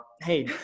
Hey